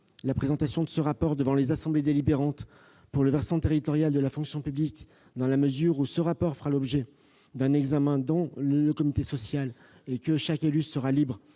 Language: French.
la présentation de ce rapport devant les assemblées délibérantes pour le versant territorial de la fonction publique dans la mesure où celui-ci fera l'objet d'un examen au sein du comité social. Chaque élu sera